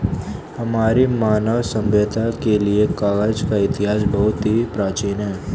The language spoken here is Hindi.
हमारी मानव सभ्यता के लिए कागज का इतिहास बहुत ही प्राचीन है